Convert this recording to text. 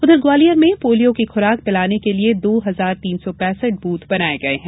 उधर ग्वालियर में पोलियो की खुराक पिलाने के लिये दो हजार तीन सौ पेंसठ बूथ बनाये गये है